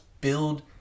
build